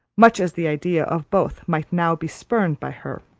much as the ideas of both might now be spurned by her.